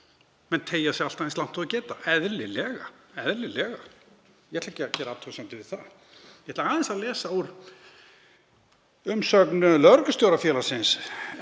Menn teygja sig alltaf eins langt og þeir geta, eðlilega. Ég ætla ekki að gera athugasemdir við það. Ég ætla aðeins að lesa úr umsögn lögreglustjórafélagsins,